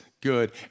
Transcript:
good